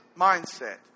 mindset